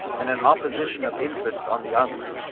and an opposition of interests on the other,